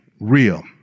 real